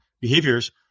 behaviors